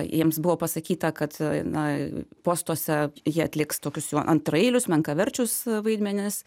jiems buvo pasakyta kad na postuose jie atliks tokius jau antraeilius menkaverčius vaidmenis